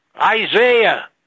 Isaiah